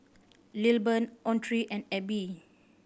Lilburn Autry and Abbie